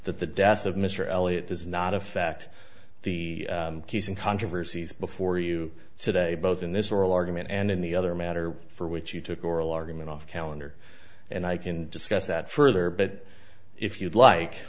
that the death of mr elliott does not affect the case in controversies before you today both in this oral argument and in the other matter for which you took oral argument off calendar and i can discuss that further but if you'd